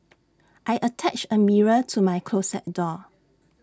I attached A mirror to my closet door